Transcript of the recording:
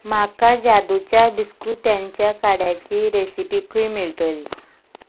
म्हाका जादूच्या बिस्कुत्यांच्या काड्याची रॅसिपी खंय मेळटली